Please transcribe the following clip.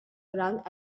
around